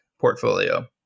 portfolio